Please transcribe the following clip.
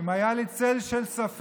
אם היה לי צל של ספק